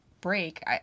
break